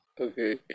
Okay